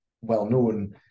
well-known